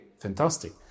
Fantastic